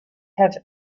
have